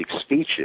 speeches